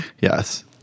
yes